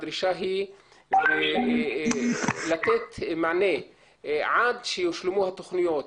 הדרישה היא לתת מענה עד שיושלמו התכניות,